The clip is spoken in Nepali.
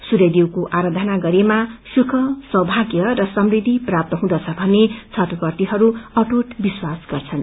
सूर्यदेवको आराधना गरेमा सुख सौभाग्य र समृद्धि प्राप्ती हुँदछ भन्ने छठव्रतीहरू अटुट विश्वास गर्छन्